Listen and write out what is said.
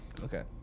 Okay